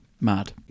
mad